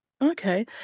Okay